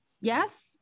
Yes